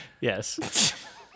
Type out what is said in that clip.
yes